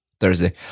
Thursday